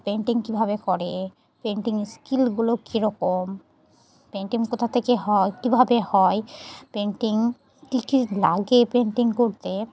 painting কীভাবে করে পেইন্টিংয়ের স্কিলগুলো কীরকম পেইন্টিং কোথা থেকে হয় কীভাবে হয় পেইন্টিং কী কী লাগে পেইন্টিং করতে